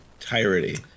entirety